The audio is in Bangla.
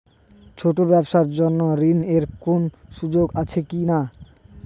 ছোট ব্যবসার জন্য ঋণ এর কোন সুযোগ আছে কি না?